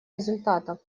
результатов